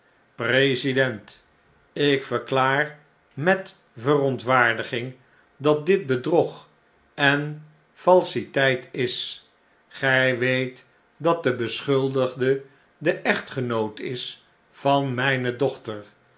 ik verklaar met verontwaardiging dat dit bedrog en falsiteit is gjj weet dat de beschuldigde de echtgenoot is van mpe dochter mijne dochter